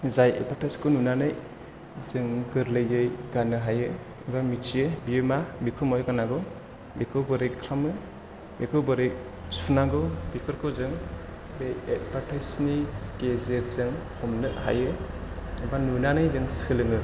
जाय एडभार्टाइजखौ नुनानै जों गोरलैयै गान्नो हायो एबा मिथियो बेयो मा बेखौ माहाय गाननांगौ बेखौ बोरै खालामो बेखौ बोरै सुनांगौ बेफोरखौ जों बे एडभार्टाइजनि गेजेरजों हमनो हायो एबा नुनानै जों सोलोङो